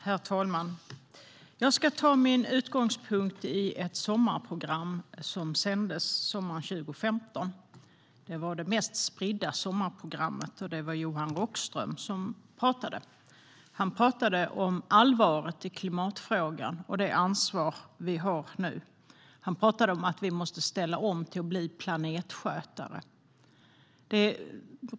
Herr talman! Jag ska ta min utgångspunkt i ett sommarprogram som sändes sommaren 2015. Det var det sommarprogram som spreds mest, och det var Johan Rockström som pratade. Han betonade allvaret i klimatfrågan och det ansvar som vi nu har. Han sa att vi måste ställa om till att blir planetskötare.